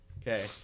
Okay